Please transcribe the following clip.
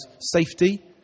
safety